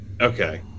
Okay